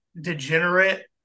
Degenerate